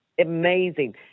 Amazing